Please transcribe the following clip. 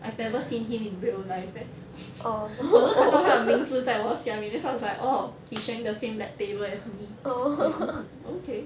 I've never seen him in real life eh 我只是看到他的名字在我下面 that's why I was like orh he sharing the same lab table as me with me okay